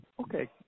Okay